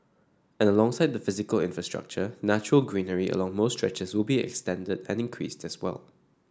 and alongside the physical infrastructure natural greenery along most stretches will be extended and increased as well